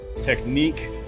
technique